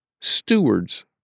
Stewards